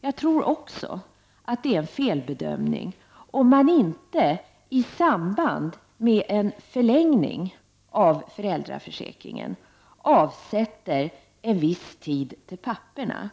Jag tror också att det är en felbedömning om man inte i samband med en förlängning av föräldraförsäkringen avsätter en viss tid till papporna.